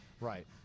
right